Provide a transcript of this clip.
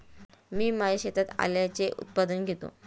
मी माझ्या शेतात आल्याचे उत्पादन घेतो